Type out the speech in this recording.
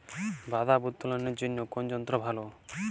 বাদাম উত্তোলনের জন্য কোন যন্ত্র ভালো?